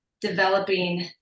developing